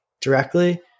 directly